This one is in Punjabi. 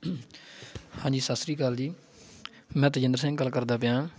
ਹਾਂਜੀ ਸਤਿ ਸ਼੍ਰੀ ਅਕਾਲ ਜੀ ਮੈਂ ਤਜਿੰਦਰ ਸਿੰਘ ਗੱਲ ਕਰਦਾ ਪਿਆ